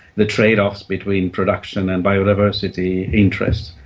the trade-offs between production and biodiversity interests.